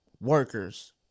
workers